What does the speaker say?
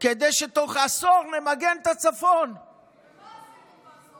כדי שתוך עשור נמגן את הצפון, מיגנתם,